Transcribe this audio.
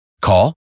Call